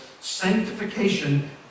Sanctification